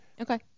Okay